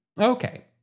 Okay